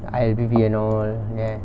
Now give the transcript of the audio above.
I_L_B_V and all ya